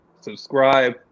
subscribe